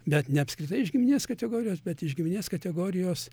bet ne apskritai iš giminės kategorijos bet iš giminės kategorijos